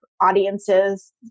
audiences